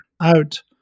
out